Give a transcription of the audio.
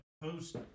post